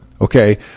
Okay